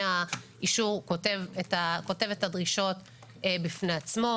האישור כותב את הדרישות בפני עצמו.